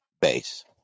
base